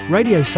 Radio